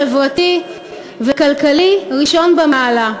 חברתי וכלכלי ראשון במעלה,